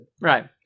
Right